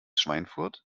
schweinfurt